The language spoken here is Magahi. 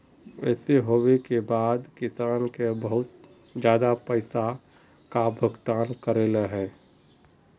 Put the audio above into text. ऐसे होबे के बाद किसान के बहुत ज्यादा पैसा का भुगतान करले है?